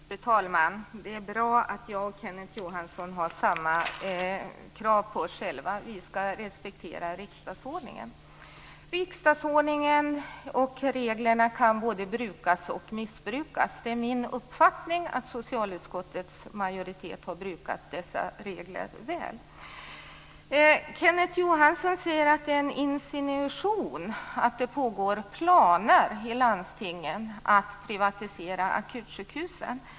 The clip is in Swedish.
Fru talman! Det är bra att jag och Kenneth Johansson har samma krav på oss själva. Vi ska respektera riksdagsordningen. Reglerna i riksdagsordningen kan både brukas och missbrukas. Det är min uppfattning att socialutskottets majoritet har brukat dessa regler väl. Kenneth Johansson säger att det är insinuationer när det sägs att det pågår planering i landstingen att privatisera akutsjukhusen.